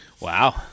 Wow